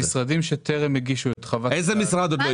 משרדים שטרם הגישו את חוות הדעת --- איזה משרד עוד לא הגיש?